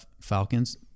Falcons